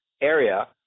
area